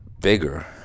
bigger